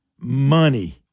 Money